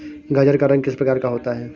गाजर का रंग किस प्रकार का होता है?